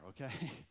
okay